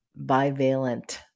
bivalent